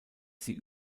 sie